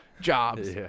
jobs